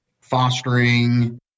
fostering